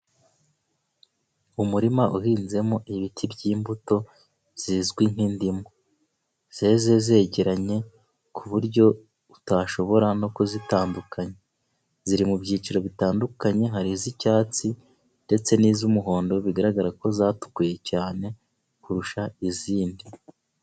Umurima uhinzemo ibiti by'imbuto zizwi nk'indimu, zeze zegeranye ku buryo utashobora no kuzitandukanya, ziri mu byiciro bitandukanye hari iz'icyatsi ndetse n'iz'umuhondo, bigaragara ko zatukuye cyane kurusha izindi.